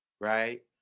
Right